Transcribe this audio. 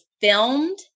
filmed